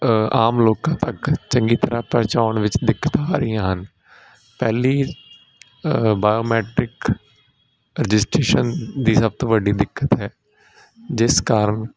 ਅ ਆਮ ਲੋਕਾਂ ਤੱਕ ਚੰਗੀ ਤਰ੍ਹਾਂ ਪਹੁੰਚਾਉਣ ਵਿੱਚ ਦਿੱਕਤ ਆ ਰਹੀਆਂ ਹਨ ਪਹਿਲੀ ਬਾਇਓਮੈਂਟਿਕ ਰਜਿਸਟਰੇਸ਼ਨ ਦੀ ਸਭ ਤੋਂ ਵੱਡੀ ਦਿੱਕਤ ਹੈ ਜਿਸ ਕਾਰਨ